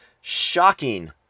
shocking